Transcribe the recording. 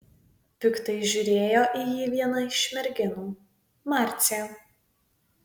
piktai žiūrėjo į jį viena iš merginų marcė